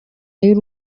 y’u